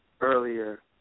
earlier